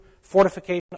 fortification